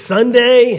Sunday